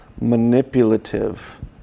manipulative